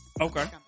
Okay